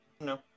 No